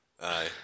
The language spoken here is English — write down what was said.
Aye